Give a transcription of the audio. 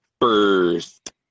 first